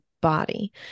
body